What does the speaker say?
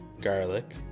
garlic